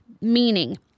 Meaning